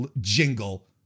jingle